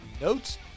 notes